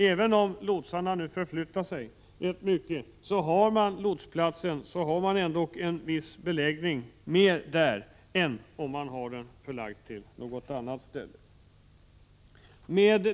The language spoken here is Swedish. Även om lotsarna förflyttar sig rätt mycket har man en mera fast beläggning av lotsplatsen än av övriga ställen.